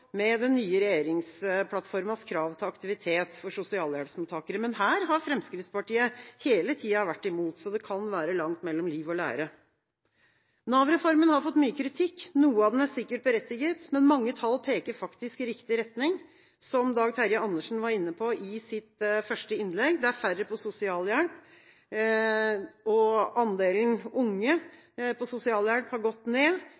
med den nye regjeringsplattformas krav til aktivitet for sosialhjelpsmottakere. Men her har Fremskrittspartiet hele tida vært imot, så det kan være langt mellom liv og lære. Nav-reformen har fått mye kritikk. Noe av den er sikkert berettiget, men mange tall peker faktisk i riktig retning. Som Dag Terje Andersen var inne på i sitt første innlegg, er det færre på sosialhjelp, og andelen unge på sosialhjelp har gått ned.